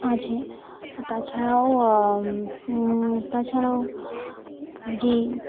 আছে আর তাছাড়াও তাছাড়াও পুরী